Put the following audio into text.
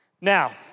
Now